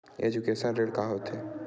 Education ऋण का होथे?